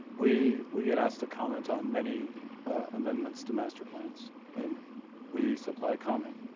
we we get asked to comment on many amendments to master plans and we supply a comment.